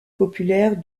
populaire